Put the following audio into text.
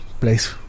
place